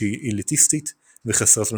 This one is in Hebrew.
שהיא אליטיסטית וחסרת משמעות.